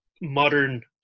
modern